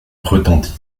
retentit